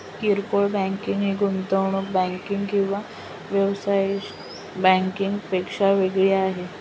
किरकोळ बँकिंग ही गुंतवणूक बँकिंग किंवा व्यावसायिक बँकिंग पेक्षा वेगळी आहे